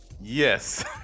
yes